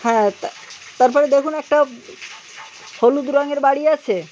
হ্যাঁ তারপরে দেখুন একটা হলুদ রঙের বাড়ি আছে